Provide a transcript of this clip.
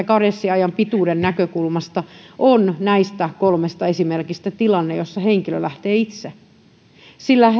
karenssiajan pituuden näkökulmasta on näistä kolmesta esimerkistä tilanne jossa henkilö lähtee itse sillä